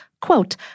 quote